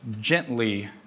gently